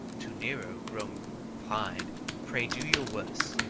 to nero rome replied pray do your worst,